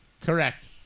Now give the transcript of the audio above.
Correct